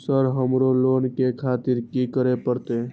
Sir हमरो loan ले खातिर की करें परतें?